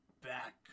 Back